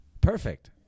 Perfect